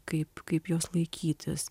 kaip kaip jos laikytis